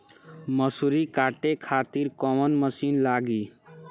मसूरी काटे खातिर कोवन मसिन लागी?